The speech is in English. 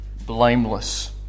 blameless